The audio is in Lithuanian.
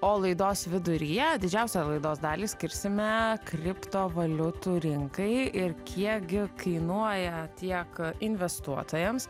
o laidos viduryje didžiausią laidos dalį skirsime kriptovaliutų rinkai ir kiekgi kainuoja tiek investuotojams